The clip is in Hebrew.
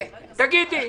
תגידי.